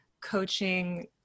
coaching